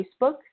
Facebook